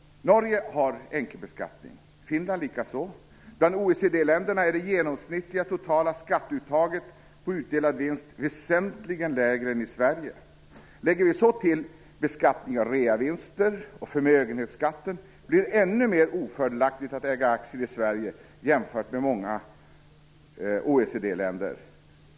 Norge har enkelbeskattning, Finland likaså. Bland OECD-länder är det genomsnittliga totala skatteuttaget på utdelad vinst väsentligt lägre än i Sverige. Lägger vi så till beskattningen av reavinster och förmögenhetsskatten, finner vi att det blir ännu mer ofördelaktigt att äga aktier i Sverige jämfört med alla övriga OECD-länder.